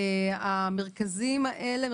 המרכזים האלה,